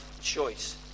choice